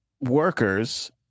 workers